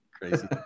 Crazy